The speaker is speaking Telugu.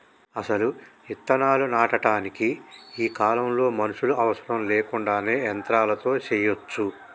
అసలు ఇత్తనాలు నాటటానికి ఈ కాలంలో మనుషులు అవసరం లేకుండానే యంత్రాలతో సెయ్యచ్చు